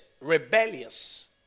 rebellious